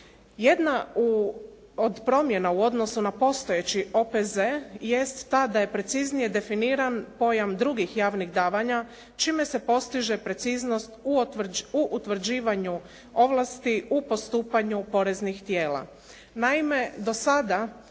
Jedna od promjena u odnosu na postojeći OPZ je ta da je preciznije definiran pojam drugih javnih davanja čime se postiže preciznost u utvrđivanju ovlasti, u postupanju poreznih tijela.